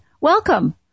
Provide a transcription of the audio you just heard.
welcome